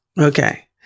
Okay